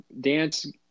dance